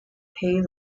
pay